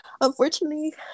unfortunately